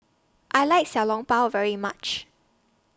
I like Xiao Long Bao very much